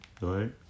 right